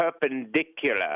perpendicular